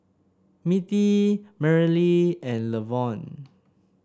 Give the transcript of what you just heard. Mittie Merrily and Levon